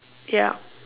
ya